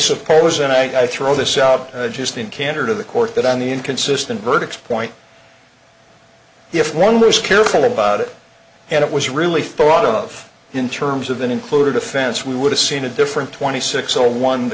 suppose and i throw this out just in candor to the court that on the inconsistent verdicts point if one was careful about it and it was really thought of in terms of that included offense we would have seen a different twenty six or one